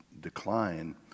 decline